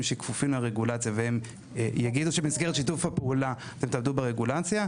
שכפופים לרגולציה והם יגידו שבמסגרת שיתוף הפעולה אתם תעבדו ברגולציה,